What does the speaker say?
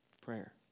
prayer